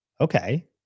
okay